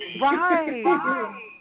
Right